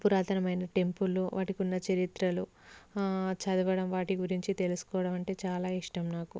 పురాతనమైన టెంపుళ్ళు వాటికి ఉన్న చరిత్రలు చదవడం వాటి గురించి తెలుసుకోవడం అంటే చాలా ఇష్టం నాకు